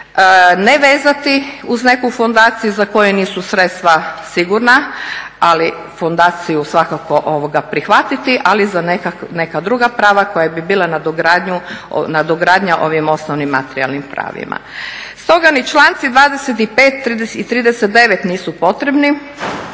ne vezati uz neku fondaciju za koje nisu sredstva sigurna, ali fondaciju svakako prihvatiti, ali za neka druga prava koja bi bila nadogradnja ovim osnovnim materijalnim pravima. Stoga ni članci 25. i 39. nisu potrebni